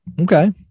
Okay